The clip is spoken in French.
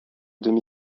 demi